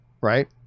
right